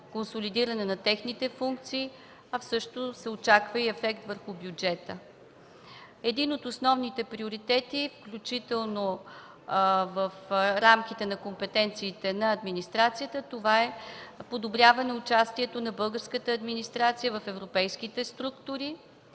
консолидиране на техните функции, а също се очаква и ефект върху бюджета. Един от основните приоритети, включително в рамките на компетенциите на администрацията, това е подобряване участието на българската администрация в европейските структури